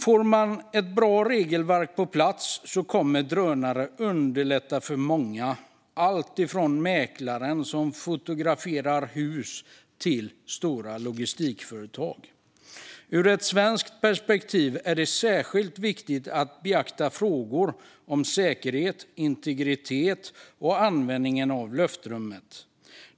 Får man ett bra regelverk på plats kommer drönare att underlätta för många, alltifrån mäklaren som fotograferar hus till stora logistikföretag. Ur ett svenskt perspektiv är det särskilt viktigt att beakta frågor om säkerhet, integritet och användningen av luftrummet.